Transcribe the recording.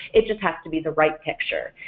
it just has to be the right picture.